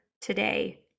today